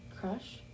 Crush